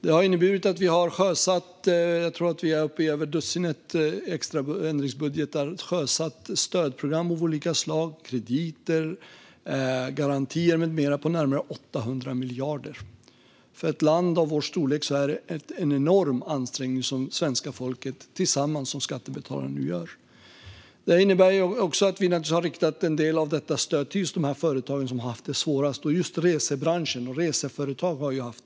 Det innebär att vi i över dussinet ändringsbudgetar har sjösatt stödprogram av olika slag, krediter, garantier med mera på närmare 800 miljarder. För ett land av vår storlek är det en enorm ansträngning som det svenska folket tillsammans som skattebetalare nu gör. Vi har naturligtvis riktat en del av detta stöd till de företag som haft det svårast, och just resebranschen och reseföretagen har haft svårt.